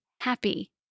happy